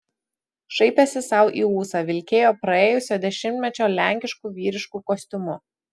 šaipėsi sau į ūsą vilkėjo praėjusio dešimtmečio lenkišku vyrišku kostiumu